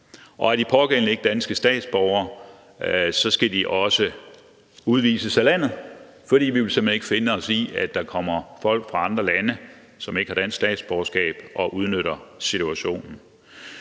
og er de pågældende ikke danske statsborgere, skal de også udvises af landet, for vi vil simpelt hen ikke finde os i, at der kommer folk fra andre lande – folk, som ikke har dansk statsborgerskab – og udnytter situationen.